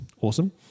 awesome